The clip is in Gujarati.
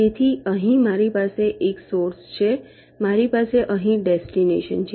તેથીઅહીં મારી પાસે એક સોર્સ છે મારી પાસે અહીં ડેસ્ટિનેશન છે